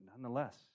nonetheless